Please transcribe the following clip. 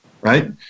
right